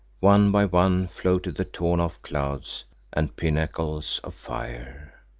one by one, floated the torn-off clouds and pinnacles of fire.